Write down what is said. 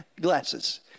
Glasses